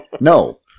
No